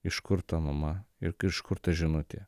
iš kur ta mama ir iš kur ta žinutė